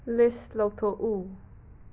ꯂꯤꯁ ꯂꯧꯊꯣꯛꯎ